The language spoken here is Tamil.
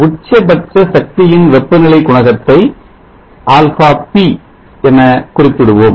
உச்சபட்ச சக்தியின் வெப்பநிலை குணகத்தை αpஆல்பா பி என குறிப்பிடுவோம்